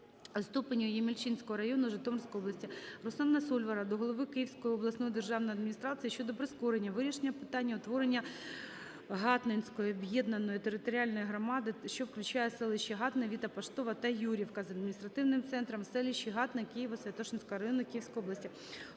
ст. Ємільчинського району Житомирської області. Руслана Сольвара до голови Київської обласної державної адміністрації щодо прискорення вирішення питання утворення Гатненської об'єднаної територіальної громади, що включає селища Гатне, Віта-Поштова та Юрівка, з адміністративним центром у селищі Гатне Києво-Святошинського району Київської області.